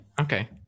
okay